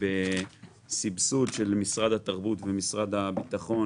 בסבסוד של משרד התרבות ומשרד הביטחון